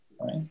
right